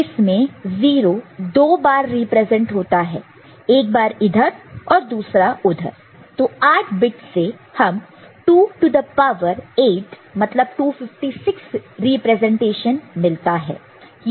और इसमें 0 दो बार रिप्रेजेंट होता है एक बार इधर और दूसरा उधर तो 8 बिट्स से हमें 2 टू द पावर 8 मतलब 256 रिप्रेजेंटेशन मिलता है